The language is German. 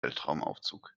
weltraumaufzug